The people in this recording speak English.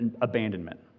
abandonment